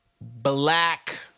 black